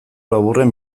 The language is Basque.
laburren